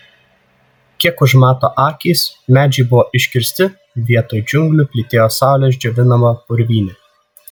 kiek užmato akys medžiai buvo iškirsti vietoj džiunglių plytėjo saulės džiovinama purvynė